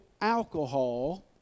alcohol